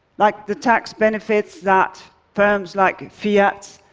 like the tax benefits that firms like fiat,